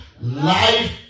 Life